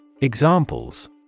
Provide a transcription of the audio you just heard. Examples